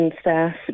staff